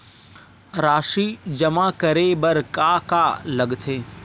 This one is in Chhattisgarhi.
राशि जमा करे बर का का लगथे?